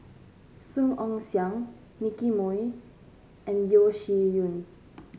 Song Ong Siang Nicky Moey and Yeo Shih Yun